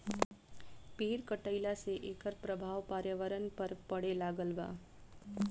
पेड़ कटईला से एकर प्रभाव पर्यावरण पर पड़े लागल बा